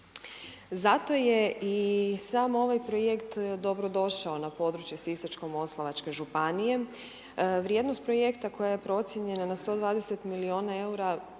Zato je i sam ovaj projekt dobrodošao na područje Sisačko-moslavačke županije, vrijednost projekta koja je procijenjena na 120 milina EUR-a